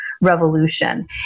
revolution